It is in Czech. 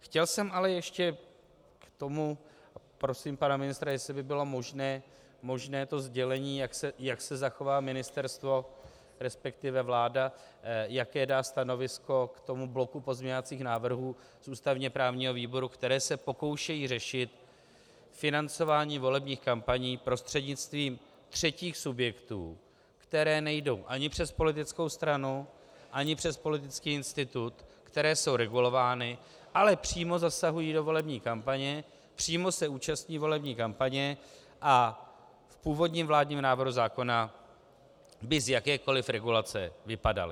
Chtěl jsem ale ještě prosím pana ministra, jestli by bylo možné to sdělení, jak se zachová ministerstvo, resp. vláda, jaké dá stanovisko k tomu bloku pozměňovacích návrhů z ústavněprávního výboru, které se pokoušejí řešit financování volebních kampaní prostřednictvím třetích subjektů, které nejsou ani přes politickou stranu, ani přes politický institut, které jsou regulovány, ale přímo zasahují do volební kampaně, přímo se účastní volební kampaně, a v původním vládním návrhu zákona by z jakékoli regulace vypadaly.